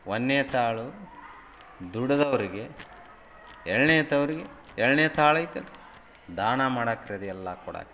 ಒಂದನೇ ತಾಳು ದುಡಿದವ್ರ್ಗೆ ಎರಡನೇ ತವರಿಗೆ ಎರಡನೇ ತಾಳು ಐತಲ್ಲ ರೀ ದಾನ ಮಾಡಕ್ಕೆ ಅದೆಲ್ಲ ಕೊಡಕ್ಕೆ